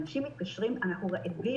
אנשים מתקשים ואומרים: אנחנו רעבים,